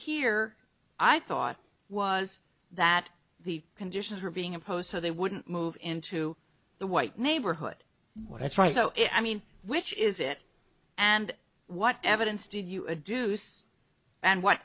here i thought was that the conditions were being imposed so they wouldn't move into the white neighborhood what's right so i mean which is it and what evidence did you a deuce and what